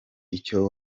icyo